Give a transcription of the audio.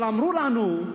אבל אמרו לנו: